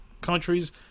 countries